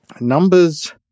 numbers